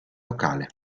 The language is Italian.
locale